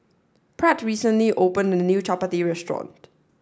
Pratt recently opened a new Chapati restaurant